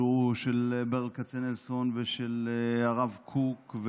עלו לברל כצנלסון ולרב קוק,